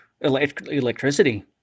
electricity